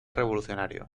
revolucionario